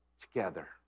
together